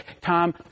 Tom